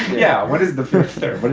yeah. what is the fifth. third. but